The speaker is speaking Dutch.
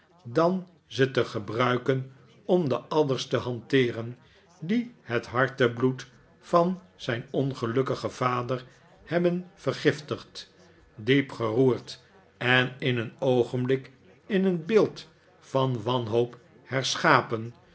dan ze te gebruiken om de adders te hanteeren die het hartebloed van zijn ongelukkigen vader hebben vergiftigd diep geroerd en in een oogenblik in een beeld van wanhoop herschapen